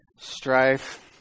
strife